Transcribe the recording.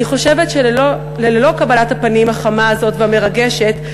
אני חושבת שללא קבלת הפנים החמה והמרגשת הזאת,